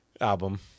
album